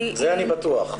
בזה אני בטוח.